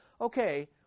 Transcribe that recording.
okay